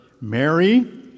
Mary